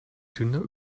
dünner